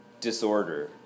disorder